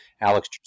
Alex